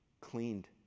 Cleaned